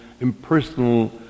impersonal